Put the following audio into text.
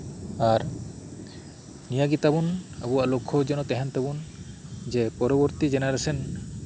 ᱟᱨ ᱱᱤᱭᱟᱹ ᱜᱮᱛᱟᱵᱩᱱ ᱟᱵᱩᱣᱟᱜ ᱞᱚᱠᱷᱚ ᱡᱮᱢᱚᱱ ᱛᱟᱦᱮᱸᱱ ᱛᱟᱵᱩᱱ ᱡᱮᱱᱟᱨᱮᱥᱚᱱ ᱛᱟᱭᱚᱢ ᱫᱟᱨᱟᱢ ᱯᱤᱲᱦᱤ